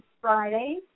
Friday